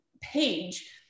page